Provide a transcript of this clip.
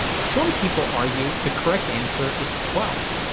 some people argue the correct answer is twelve.